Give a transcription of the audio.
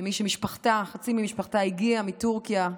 כמי שחצי ממשפחתה הגיעה מטורקיה,